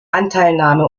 anteilnahme